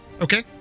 Okay